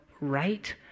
right